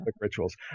rituals